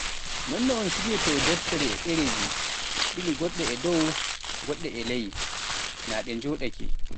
Non no un siryotoo deftere e ɗereeji ɓilu goɗɗe e dow goɗɗe e ley naa ɗe njooɗake.